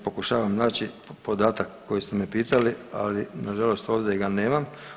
Evo pokušavam naći podatak koji ste me pitali, ali nažalost ovdje ga nemam.